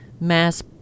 mass